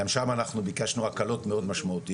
גם שם אנחנו ביקשנו הקלות מאוד משמעותיות.